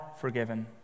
forgiven